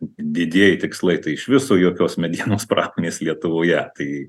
didieji tikslai tai iš viso jokios medienos pramonės lietuvoje tai